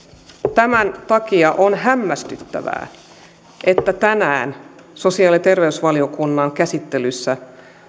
tämän takia on hämmästyttävää että tänään sosiaali ja terveysvaliokunnan käsittelystä